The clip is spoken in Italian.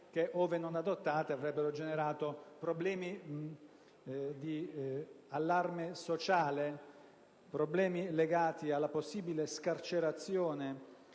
che, ove non adottate, avrebbero generato problemi di allarme sociale e problemi legati alla possibile scarcerazione